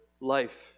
life